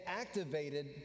activated